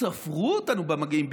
ספרו אותנו במגעים,